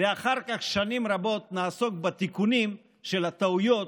ואחר כך שנים רבות נעסוק בתיקונים של הטעויות